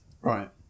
Right